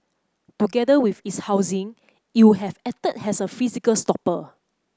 together with its housing it would have acted as a physical stopper